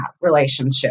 relationship